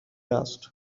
asked